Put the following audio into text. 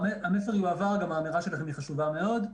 המסר יועבר, והאמירה שלכם היא חשובה מאוד.